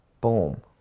Boom